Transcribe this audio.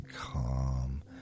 calm